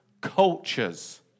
cultures